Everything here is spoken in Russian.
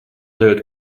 дает